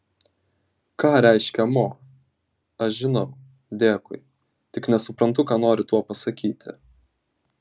ką reiškia mo aš žinau dėkui tik nesuprantu ką nori tuo pasakyti